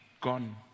gone